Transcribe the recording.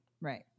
Right